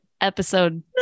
episode